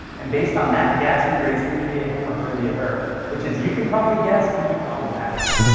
and based on that guess, we raise him to be a him, or her to be a her. which, as you can probably guess, can be problematic.